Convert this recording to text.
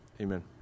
Amen